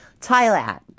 Thailand